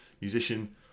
musician